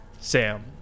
Sam